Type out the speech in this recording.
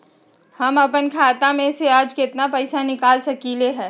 हम अपन खाता में से आज केतना पैसा निकाल सकलि ह?